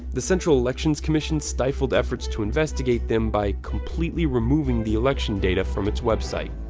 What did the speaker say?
the central elections commission stifled efforts to investigate them by completely removing the election data from its website.